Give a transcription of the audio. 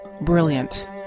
Brilliant